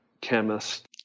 chemist